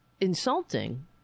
insulting